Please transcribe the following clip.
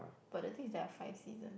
but the thing is there are five seasons